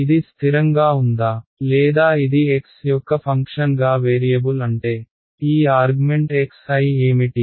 ఇది స్థిరంగా ఉందా లేదా ఇది x యొక్క ఫంక్షన్గా వేరియబుల్ అంటే ఈ ఆర్గ్మెంట్ xi ఏమిటి